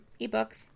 ebooks